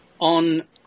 on